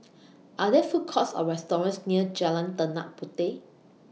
Are There Food Courts Or restaurants near Jalan Tanah Puteh